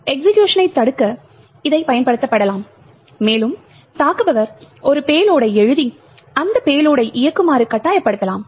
எக்சிகியூஷனை தடுக்க இதை பயன்படுத்தப்படலாம் மேலும் தாக்குபவர் ஒரு பேலோடை எழுதி அந்த பேலோடை இயக்குமாறு கட்டாயப்படுத்தலாம்